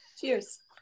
cheers